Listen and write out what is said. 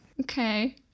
Okay